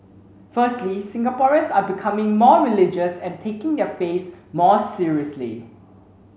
firstly Singaporeans are becoming more religious and taking their faiths more seriously